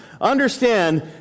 Understand